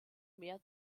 mehr